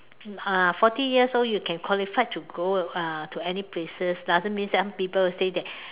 uh forty years old you can qualified to go uh to any places doesn't mean some people say that